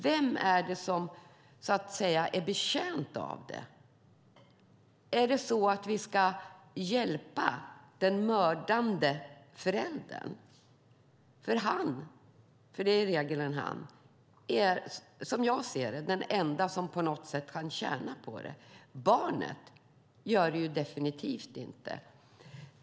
Vem är det som är betjänt av det? Ska vi hjälpa den mördande föräldern? Han - för det är i regel en han - är som jag ser det den ende som på något sätt kan tjäna på det. Barnet gör det definitivt inte.